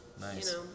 Nice